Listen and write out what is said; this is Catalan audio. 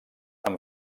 han